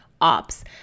Ops